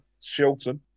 Shilton